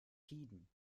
tiden